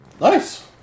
Nice